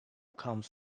comes